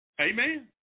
Amen